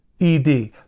ED